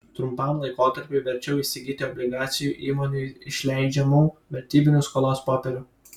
trumpam laikotarpiui verčiau įsigyti obligacijų įmonių išleidžiamų vertybinių skolos popierių